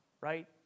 right